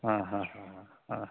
অঁ হয় হয় হয়